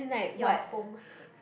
your home